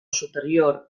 superior